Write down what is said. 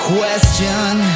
Question